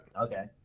Okay